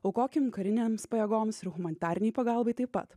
aukokim karinėms pajėgoms ir humanitarinei pagalbai taip pat